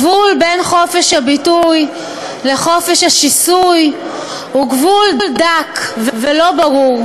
הגבול בין חופש הביטוי לחופש השיסוי הוא גבול דק ולא ברור,